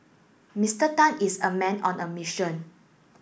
Mister Tan is a man on a mission